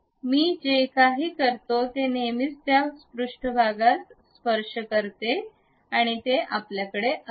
मी जे काही करतो ते नेहमीच त्या पृष्ठभागास स्पर्श करते आणि ते आपल्याकडे असते